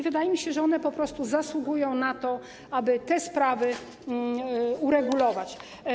Wydaje mi się, że one po prostu zasługują na to, aby te sprawy uregulować.